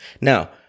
Now